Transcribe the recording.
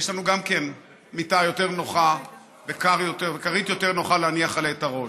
גם לנו יש מיטה יותר נוחה וכרית יותר נוחה להניח עליה את הראש.